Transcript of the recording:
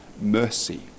mercy